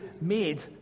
made